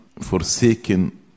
forsaken